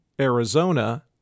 Arizona